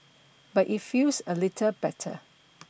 but it feels a little better